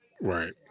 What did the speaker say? Right